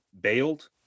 bailed